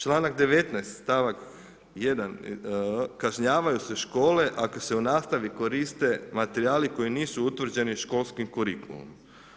Članak 19. stavak 1. kažnjavaju se škole ako se u nastavi koriste materijali koji nisu utvrđeni školskim kurikulumom.